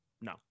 no